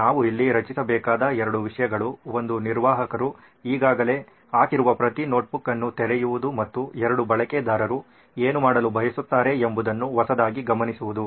ನಾವು ಇಲ್ಲಿ ರಚಿಸಬೇಕಾದ ಎರಡು ವಿಷಯಗಳು ಒಂದು ನಿರ್ವಾಹಕರು ಈಗಾಗಲೇ ಹಾಕಿರುವ ಪ್ರತಿ ನೋಟ್ಬುಕ್ ಅನ್ನು ತೆರೆಯುವುದು ಮತ್ತು ಎರಡು ಬಳಕೆದಾರರು ಏನು ಮಾಡಲು ಬಯಸುತ್ತಾರೆ ಎಂಬುದನ್ನು ಹೊಸದಾಗಿ ಗಮನಿಸುವುದು